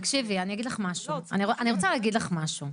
תקשיבי, אני רוצה להגיד לך משהו.